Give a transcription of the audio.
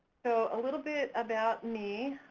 so a little bit about me,